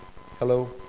Hello